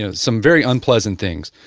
ah some very unpleasant things,